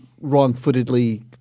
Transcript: wrong-footedly